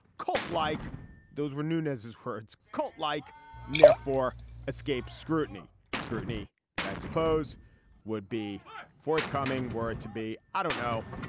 cult like those renewed as his words cult like therefore escaped scrutiny scrutiny that i suppose would be forthcoming were to be i don't know